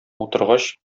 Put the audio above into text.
утыргач